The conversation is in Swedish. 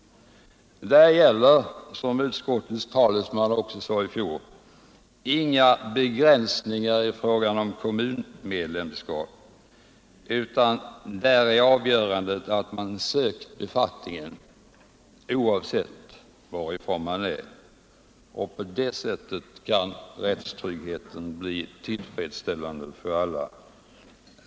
Här gäller, som också utskottets talesman sade i fjol, inga begränsningar i fråga om kommunmedlemskap, utan avgörande är att man sökt en befattning. På det sättet kan rättstryggheten bli tillfredsställande för alla.